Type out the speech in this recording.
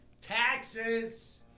Taxes